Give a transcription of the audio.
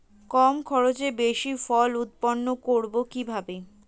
কম খরচে বেশি ফসল উৎপন্ন করব কিভাবে?